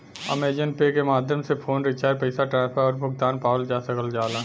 Amazon Pay के माध्यम से फ़ोन रिचार्ज पैसा ट्रांसफर आउर भुगतान पावल जा सकल जाला